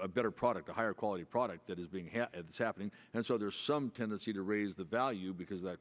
a better product a higher quality product that is being had this happening and so there's some tendency to raise the value because that